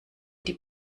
die